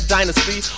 Dynasty